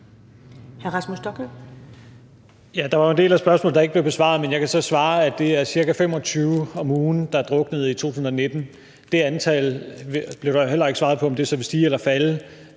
Der var jo en del af spørgsmålet, der ikke blev besvaret, men jeg kan så svare, at det var ca. 25 om ugen, der druknede i 2019. Om det antal så vil stige eller falde,